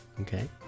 Okay